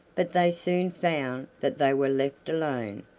but they soon found that they were left alone,